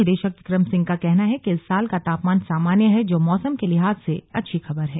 निदेशक बिक्रम सिंह का कहना है कि इस वर्ष का तापमान सामान्य है जो मौसम के लिहाज से अच्छी खबर है